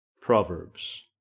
Proverbs